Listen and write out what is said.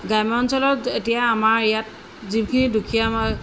গ্ৰাম্য অঞ্চলত এতিয়া আমাৰ ইয়াত যিখিনি দুখীয়া মা